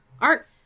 Art